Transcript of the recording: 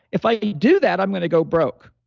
if i do that, i'm going to go broke.